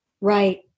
right